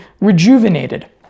rejuvenated